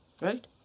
Right